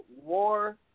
war